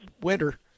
winter